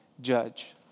judge